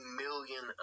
million